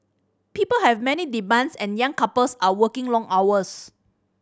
people have many demands and young couples are working long hours